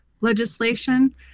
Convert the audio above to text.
legislation